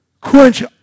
Quench